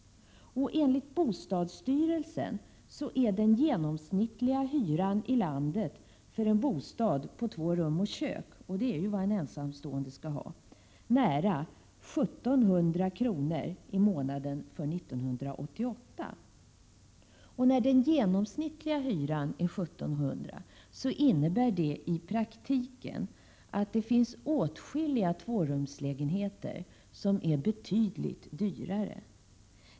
Enligt bostadsstyrelsen är den genomsnittliga hyran i landet för en bostad på två rum och kök — vilket är vad den ensamstående skall ha — nära 1 700 kr. i månaden för 1988. När den genomsnittliga hyran är 1 700 kr., innebär det i praktiken att det finns åtskilliga tvårumslägenheter som är betydligt dyrare.